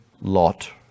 Lot